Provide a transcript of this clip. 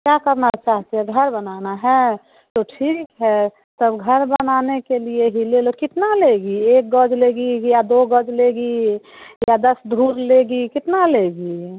क्या करना चाहती है घर बनाना है तो ठीक है तब घर बनाने के लिए ही ले लो कितना लेगी एक गज लेगी या दो गज लेगी या दस धूर लेगी कितना लेगी